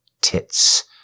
tits